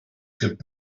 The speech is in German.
gibt